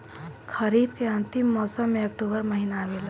खरीफ़ के अंतिम मौसम में अक्टूबर महीना आवेला?